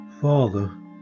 father